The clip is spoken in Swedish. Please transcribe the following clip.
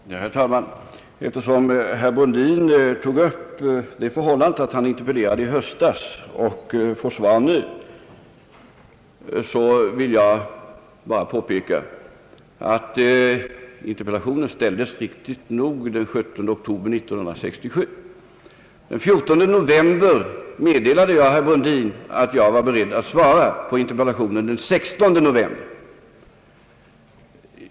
Herr talman! Eftersom herr Brundin tog upp det förhållandet att han interpellerade i höstas och får svar först nu, vill jag påpeka att interpellationen riktigt nog framställdes den 17 oktober 1967. Den 14 november meddelade jag herr Brundin att jag var beredd att svara på interpellationen den 16 november.